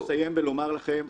אני רוצה לסיים ולומר לכם --- לא.